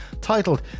titled